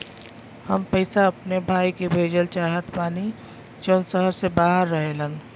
हम पैसा अपने भाई के भेजल चाहत बानी जौन शहर से बाहर रहेलन